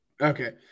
okay